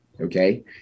okay